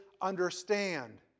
understand